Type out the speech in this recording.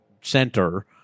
Center